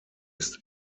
ist